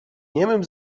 niemym